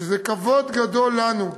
שזה כבוד לנו,